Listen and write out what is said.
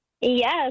Yes